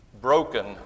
broken